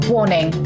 Warning